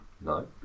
No